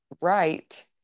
right